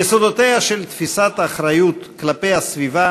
יסודותיה של תפיסת האחריות כלפי הסביבה